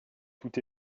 tout